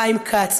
חיים כץ,